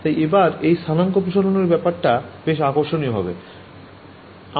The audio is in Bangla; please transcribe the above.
তাই এবার এই স্থানাঙ্ক প্রসারণ এর ব্যাপারটা বেশ আকর্ষণীয় হবে